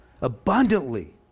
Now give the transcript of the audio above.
Abundantly